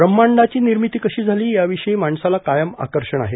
व्रसांडापी निर्मिती कशी म्नाली याविषयी माणसाला कायम आकर्षण आहे